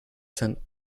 sein